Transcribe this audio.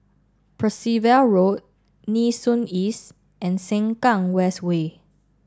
Percival Road Nee Soon East and Sengkang West Way